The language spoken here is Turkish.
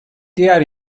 diğer